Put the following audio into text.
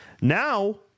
Now